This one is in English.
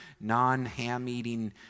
non-ham-eating